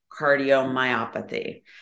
cardiomyopathy